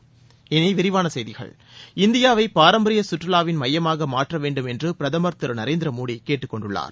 இனி விரிவான செய்திகள் இந்தியாவை பாரம்பரிய கற்றுவாவின் மையமாக மாற்ற வேண்டும் என்று பிரதமர் திரு நரேந்திர மோதி கேட்டுக்கொண்டுள்ளார்